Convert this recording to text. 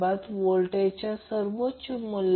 तर मला ते स्पष्ट करू द्या